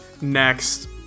Next